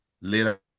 later